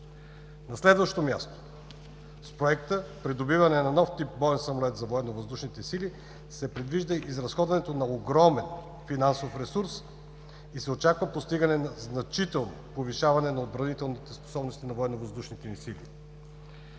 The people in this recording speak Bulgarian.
На следващо място, с Проекта за придобиване на нов тип боен самолет за военновъздушните сили се предвижда изразходването на огромен финансов ресурс и се очаква постигане на значително повишаване на отбранителните способности на военновъздушните ни сили.